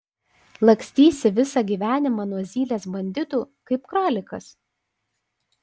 lakstysi visą gyvenimą nuo zylės banditų kaip kralikas